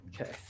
Okay